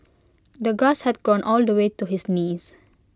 the grass had grown all the way to his knees